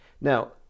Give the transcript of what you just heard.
Now